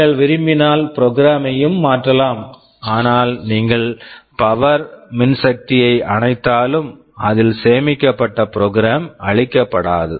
நீங்கள் விரும்பினால் program program மையும் மாற்றலாம் ஆனால் நீங்கள் பவர் மின்சக்தியை அணைத்தாலும் அதில் சேமிக்கப்பட்ட ப்ரோக்ராம் program அழிக்கப்படாது